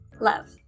love